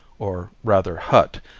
or rather hut,